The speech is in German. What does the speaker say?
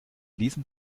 diesem